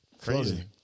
Crazy